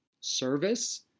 service